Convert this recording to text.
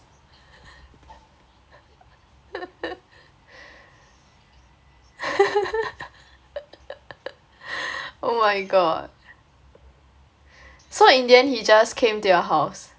oh my god so in the end he just came to your house